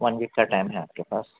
one week کا time ہے آپ کے پاس